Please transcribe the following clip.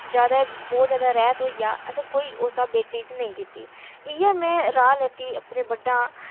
बहुत जैदा रेत होई जा कोई इस स्हाबै दी चीज नेईं दित्ती इ'यै में राय लैत्ती दी अपने बड्डे शा कि